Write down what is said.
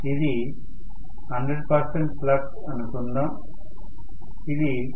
ఇది 100 శాతం ఫ్లక్స్ అనుకుందాం ఇది 0